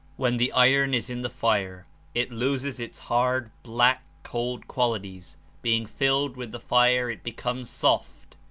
when the iron is in the fire it loses its hard, black, cold qualities being filled with the fire it becomes soft,